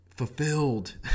Fulfilled